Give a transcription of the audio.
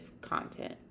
content